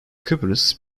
kıbrıs